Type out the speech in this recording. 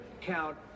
count